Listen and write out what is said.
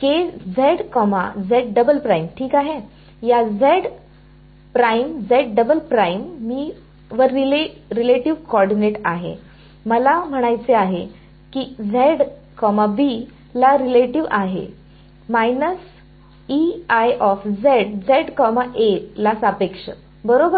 ठीक आहे relative coordinate आहे मला म्हणायचे आहे की ला रिलेटिव आहे ला सापेक्ष बरोबर